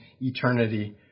eternity